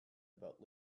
about